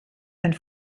and